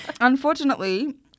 Unfortunately